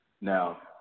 Now